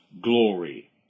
glory